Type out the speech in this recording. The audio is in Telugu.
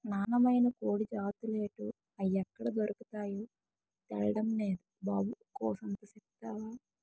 నాన్నమైన కోడి జాతులేటో, అయ్యెక్కడ దొర్కతాయో తెల్డం నేదు బాబు కూసంత సెప్తవా